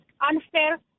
unfair